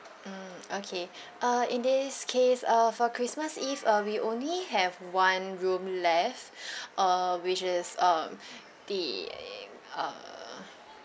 mm okay uh in this case uh for christmas eve uh we only have one room left uh which is um the uh